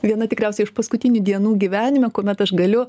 viena tikriausiai iš paskutinių dienų gyvenime kuomet aš galiu